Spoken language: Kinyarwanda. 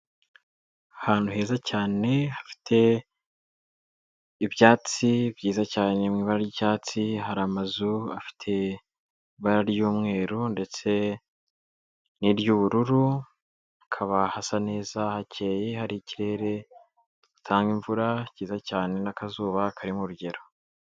Ahantu heza cyane hafite ibyatsi byiza cyane mu ibara ry'cyatsi. Hari amazu afite ibara ry'umweru ndetse n'iry'ubururu, hakaba hasa neza hakeye, hari ikirere gitanga imvura cyiza cyane n'akazuba kari mu rugero.